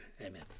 Amen